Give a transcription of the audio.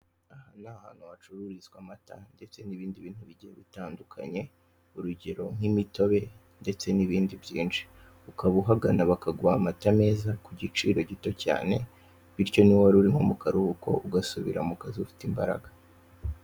Aha ni ahantu hacururizwa amata ndetse n'ibindi bintu bigiye bitandukanye, urugero nk'imitobe ndetse n'ibindi byinshi, ukaba uhagana bakaguha amata meza ku giciro gito cyane bityo niba waruri nko mukaruhuko ugasubira mu kazi ufite imbaraga.